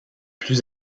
plus